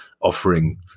offering